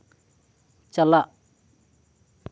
ᱪᱟᱞᱟᱜ